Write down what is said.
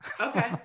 okay